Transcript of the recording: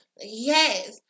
Yes